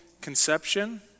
conception